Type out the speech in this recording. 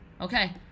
okay